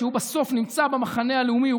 שהוא בסוף נמצא במחנה הלאומי.